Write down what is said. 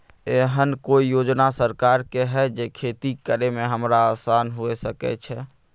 एहन कौय योजना सरकार के है जै खेती करे में हमरा आसान हुए सके छै?